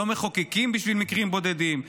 לא מחוקקים בשביל מקרים בודדים,